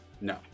No